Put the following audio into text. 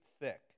thick